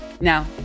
Now